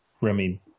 Remy